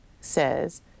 says